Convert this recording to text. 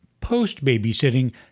post-babysitting